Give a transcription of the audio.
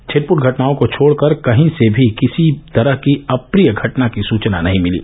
छिटपुट घटनाओं को छोड़कर कहीं से भी किसी तरह की अप्रिय घटना की सूचना नही मिली